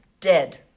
dead